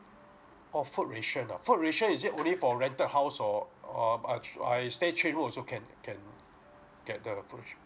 oh food ration ah food ration is it only for rented house or or I I stay three room also can can get the food ration